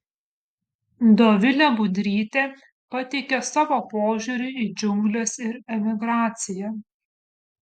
dovilė budrytė pateikia savo požiūrį į džiungles ir emigraciją